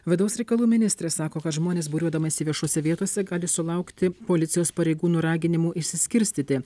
vidaus reikalų ministrė sako kad žmonės būriuodamiesi viešose vietose gali sulaukti policijos pareigūnų raginimų išsiskirstyti